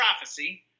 prophecy